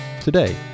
Today